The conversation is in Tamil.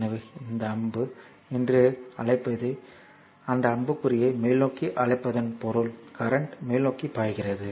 எனவே இந்த அம்பு என்று அழைப்பது அந்த அம்புக்குறியை மேல்நோக்கி அழைப்பதன் பொருள் கரண்ட் மேல்நோக்கி பாய்கிறது